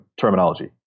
terminology